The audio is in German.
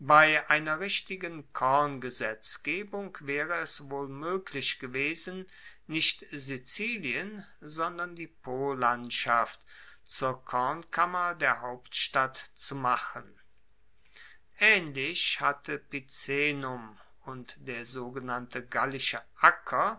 bei einer richtigen korngesetzgebung waere es wohl moeglich gewesen nicht sizilien sondern die polandschaft zur kornkammer der hauptstadt zu machen aehnlich hatte picenum und der sogenannte gallische acker